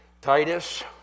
Titus